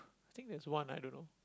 think there's one I don't know